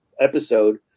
episode